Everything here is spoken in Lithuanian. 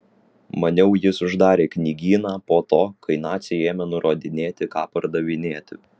maniau jis uždarė knygyną po to kai naciai ėmė nurodinėti ką pardavinėti